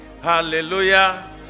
Hallelujah